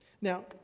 Now